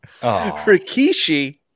Rikishi